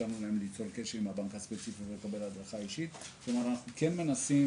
כלומר אנחנו כן מנסים